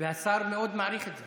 והשר מאוד מעריך את זה.